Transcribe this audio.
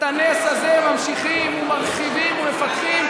את הנס הזה ממשיכים ומרחיבים ומפתחים.